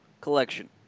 collection